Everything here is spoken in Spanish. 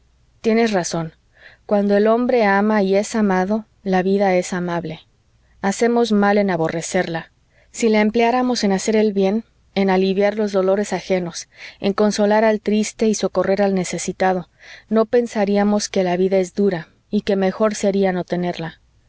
tienes razón cuando el hombre ama y es amado la vida es amable hacemos mal en aborrecerla si la empleáramos en hacer el bien en aliviar los dolores ajenos en consolar al triste y socorrer al necesitado no pensaríamos que la vida es dura y que mejor sería no tenerla